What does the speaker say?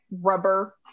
rubber